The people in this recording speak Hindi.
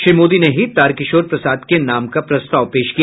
श्री मोदी ने ही तारकिशोर प्रसाद के नाम का प्रस्ताव पेश किया